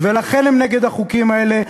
ולכן הם נגד החוקים האלה.